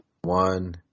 one